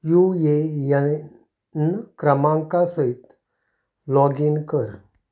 U A N क्रमांका सयत login कर